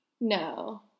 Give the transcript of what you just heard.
No